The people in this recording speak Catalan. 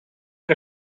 que